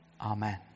Amen